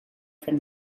from